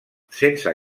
sense